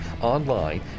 online